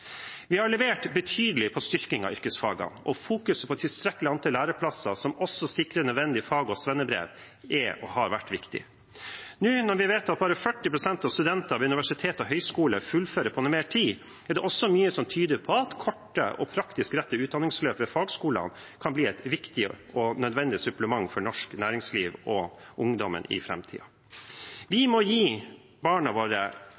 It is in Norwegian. Vi har levert betydelig på styrking av yrkesfagene, og fokuset på et tilstrekkelig antall læreplasser, som også sikrer nødvendig fag- og svennebrev, er og har vært viktig. Når vi vet at bare 40 pst. av studentene ved universiteter og høyskoler fullfører på normert tid, er det også mye som tyder på at korte og praktisk rettede utdanningsløp ved fagskolene kan bli et viktig og nødvendig supplement for norsk næringsliv og ungdommen i framtiden. Vi må gi barna våre